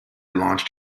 launched